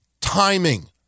timing